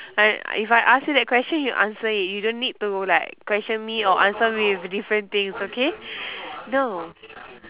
but if I ask you that question you answer it you don't need to like question me or answer me with different things okay no